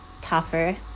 tougher